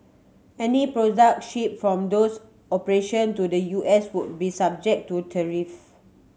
any products shipped from those operation to the U S would be subject to tariff